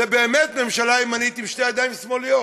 זו באמת ממשלה ימנית עם שתי ידיים שמאליות.